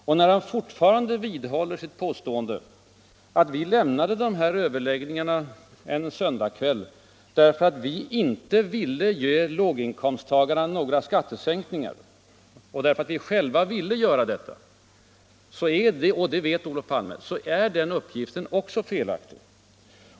Och när han vidhåller sitt påstående att vi lämnade partiöverläggningarna därför att vi inte ”ville” ge låginkomsttagarna några skattesänkningar medan däremot socialdemokraterna ville göra detta, är den uppgiften också felaktig, och det vet Olof Palme.